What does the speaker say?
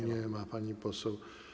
Nie ma pani poseł.